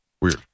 Weird